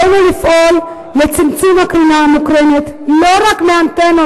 עלינו לפעול לצמצום הקרינה המוקרנת לא רק מהאנטנות,